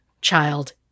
child